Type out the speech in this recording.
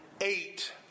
eight